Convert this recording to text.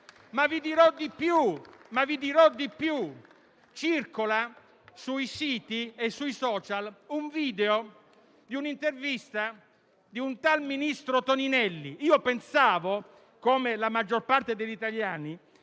Vi dirò di più. Circola sui siti e sui *social* il video di un'intervista di un tal ministro Toninelli. Pensavo, come la maggior parte degli italiani,